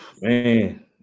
Man